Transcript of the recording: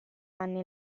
anni